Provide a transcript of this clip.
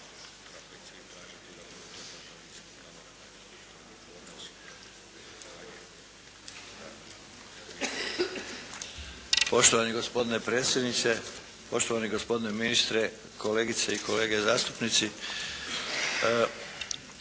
Poštovani gospodine predsjedniče, poštovani gospodine ministre, kolegice i kolege zastupnici.